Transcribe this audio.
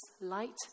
light